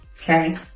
Okay